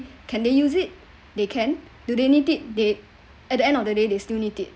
can they use it they can do they need it they at the end of the day they still need it